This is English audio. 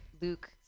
Luke